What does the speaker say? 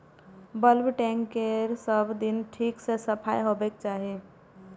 bulk tank केर सब दिन ठीक सं सफाइ होबाक चाही